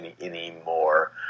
anymore